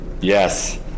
yes